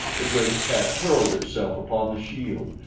the great cat hurled itself upon the shield,